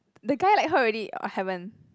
the guy like her already or haven't